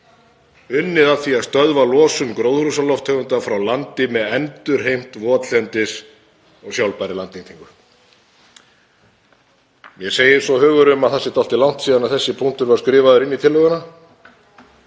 unnið að því að stöðva losun gróðurhúsalofttegunda frá landi með endurheimt votlendis og sjálfbærri landnýtingu.“ Mér segir svo hugur að það sé dálítið langt síðan að þessi punktur var skrifaður inn í tillöguna.